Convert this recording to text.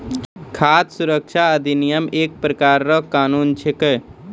खाद सुरक्षा अधिनियम एक प्रकार रो कानून छिकै